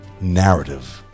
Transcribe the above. narrative